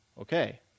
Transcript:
Okay